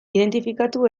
identifikatu